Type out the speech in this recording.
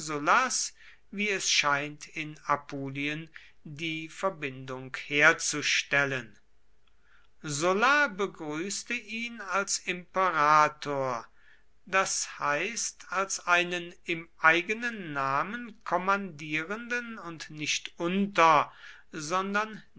wie es scheint in apulien die verbindung herzustellen sulla begrüßte ihn als imperator das heißt als einen im eigenen namen kommandierenden und nicht unter sondern